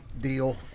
deal